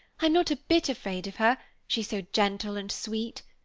i'm not a bit afraid of her, she's so gentle and sweet.